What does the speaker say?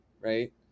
Right